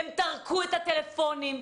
הם טרקו את הטלפונים,